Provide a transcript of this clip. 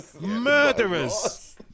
murderers